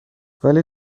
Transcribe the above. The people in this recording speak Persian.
ولی